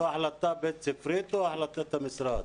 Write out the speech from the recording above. זו החלטה בית ספרית או החלטת המשרד?